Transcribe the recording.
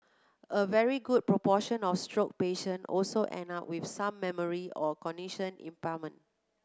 a very good proportion of stroke patient also end up with some memory or cognition impairment